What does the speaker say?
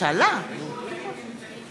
צריך לשאול האם נמצאים במליאה אנשים שלא הצביעו.